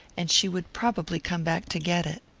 and she would probably come back to get it.